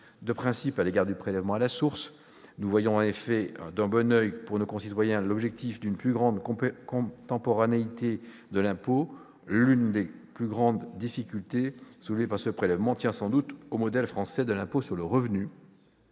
de principe à l'égard du prélèvement à la source. Nous voyons en effet d'un bon oeil, pour nos concitoyens, l'objectif d'une plus grande contemporanéité de l'impôt. L'une des principales difficultés soulevées tient sans doute au modèle français de l'impôt sur le revenu.